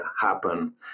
happen